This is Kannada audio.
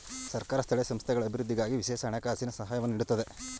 ಸರ್ಕಾರ ಸ್ಥಳೀಯ ಸಂಸ್ಥೆಗಳ ಅಭಿವೃದ್ಧಿಗಾಗಿ ವಿಶೇಷ ಹಣಕಾಸಿನ ಸಹಾಯವನ್ನು ನೀಡುತ್ತದೆ